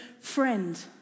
friend